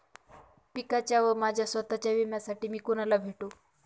पिकाच्या व माझ्या स्वत:च्या विम्यासाठी मी कुणाला भेटू?